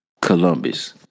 Columbus